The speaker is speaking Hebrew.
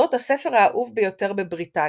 אודות הספר האהוב ביותר בבריטניה,